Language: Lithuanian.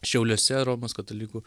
šiauliuose romos katalikų